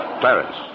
Clarence